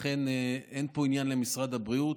לכן, אין פה עניין למשרד הבריאות,